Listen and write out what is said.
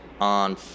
on